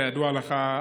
כידוע לך,